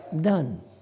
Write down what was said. done